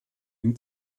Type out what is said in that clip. ihm